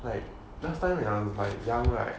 like last time when I was like young right